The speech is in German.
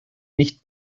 nicht